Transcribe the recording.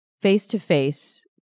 face-to-face